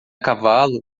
cavalo